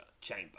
chamber